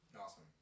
Awesome